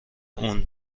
اون